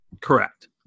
Correct